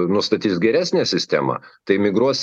nustatys geresnę sistemą tai migruos